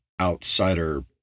outsider